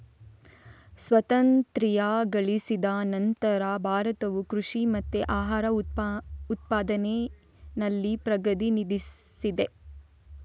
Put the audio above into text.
ಸ್ವಾತಂತ್ರ್ಯ ಗಳಿಸಿದ ನಂತ್ರ ಭಾರತವು ಕೃಷಿ ಮತ್ತೆ ಆಹಾರ ಉತ್ಪಾದನೆನಲ್ಲಿ ಪ್ರಗತಿ ಸಾಧಿಸಿದೆ